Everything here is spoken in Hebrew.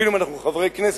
אפילו אם אנחנו חברי כנסת,